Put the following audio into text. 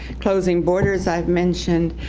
closing borders i've mentioned.